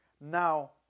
now